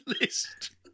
list